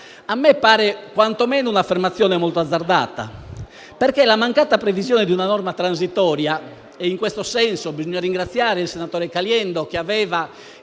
A me pare quantomeno un'affermazione molto azzardata, vista la mancata previsione di una norma transitoria. In tal senso bisogna ringraziare il senatore Caliendo, che aveva